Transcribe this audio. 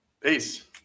Peace